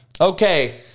okay